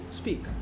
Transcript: Speak